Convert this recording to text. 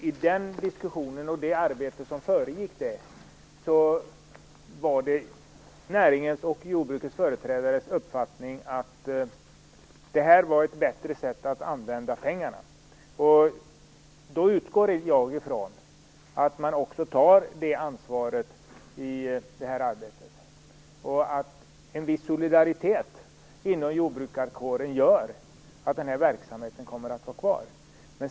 I den diskussionen och i det föregående arbetet var det näringens och jordbrukets företrädares uppfattning att det här var ett bättre sätt att använda pengarna. Då utgår jag från att man också tar det ansvaret i det här arbetet. Jag utgår också från att en viss solidaritet inom jordbrukarkåren gör att den här verksamheten kommer att vara kvar.